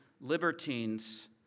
libertines